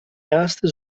erste